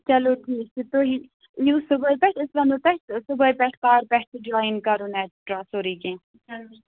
چَلو ٹھیٖک چھُ تُہی یہِ یِیِو صُبَح پیٚٹھ أسۍ وَنو تۄہہِ صُبَح پیٚٹھ کَر گَژھِ جوایِن کَرُن ایٹسِٹرا سورُے کیٚنٛہہ